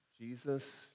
Jesus